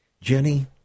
Jenny